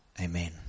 amen